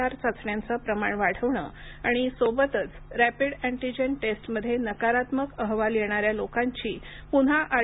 R चाचण्यांचं प्रमाण वाढवणं आणि सोबतच रॅपिड अँटीजन टेस्टमध्ये नकारात्मक अहवाल येणाऱ्या लोकांची पुन्हा आर